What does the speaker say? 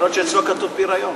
יכול להיות שאצלו כתוב פירָיון.